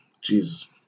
Jesus